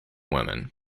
women